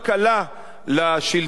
רק עלה לשלטון,